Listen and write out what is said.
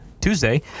Tuesday